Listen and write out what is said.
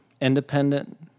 independent